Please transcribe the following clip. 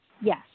Yes